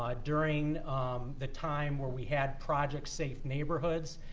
ah during the time where we had project safe neighborhoods,